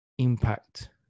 impact